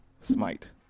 smite